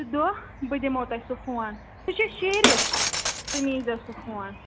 دۄہ بہٕ دِمہو تۄہہِ سُہ فون سُہ چھِ شیٖرتھ تُہۍ نیٖزیٚو سُہ فون